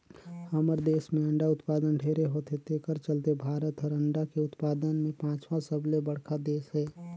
हमर देस में अंडा उत्पादन ढेरे होथे तेखर चलते भारत हर अंडा के उत्पादन में पांचवा सबले बड़खा देस हे